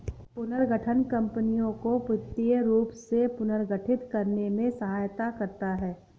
पुनर्गठन कंपनियों को वित्तीय रूप से पुनर्गठित करने में सहायता करता हैं